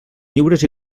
lliures